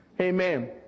Amen